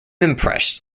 impressed